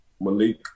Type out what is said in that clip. Malik